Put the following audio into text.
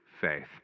faith